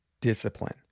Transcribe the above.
discipline